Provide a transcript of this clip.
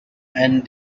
and